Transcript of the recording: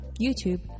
YouTube